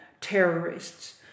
terrorists